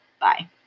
Bye